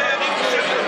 אתם עושים מה שאתם רוצים.